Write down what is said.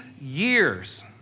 years